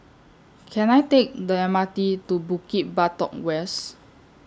Can I Take The M R T to Bukit Batok West